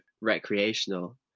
recreational